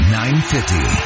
950